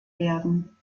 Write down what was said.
werden